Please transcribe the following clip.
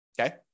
Okay